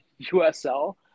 USL